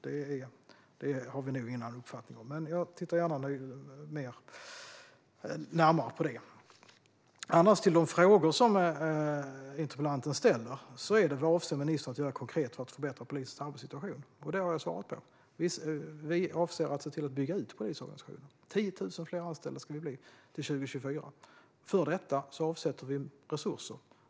Det har vi nog inte någon annan uppfattning om. Men jag tittar gärna närmare på det. De frågor som interpellanten ställer är: Vad avser ministern att göra konkret för att förbättra polisens arbetssituation? Det har jag svarat på. Vi avser att se till att bygga ut polisorganisationen. Det ska bli 10 000 fler anställda till 2024. För detta avsätter vi resurser.